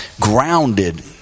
grounded